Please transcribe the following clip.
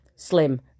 slim